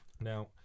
Now